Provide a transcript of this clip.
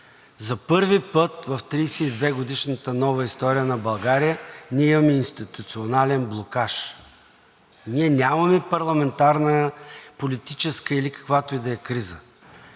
За първи път за 32-годишната нова история на България ние имаме институционален блокаж. Ние нямаме парламентарна, политическа или каквато и да е криза,